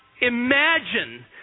imagine